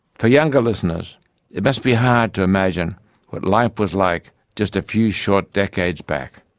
for younger listeners it must be hard to imagine what life was like just a few short decades back.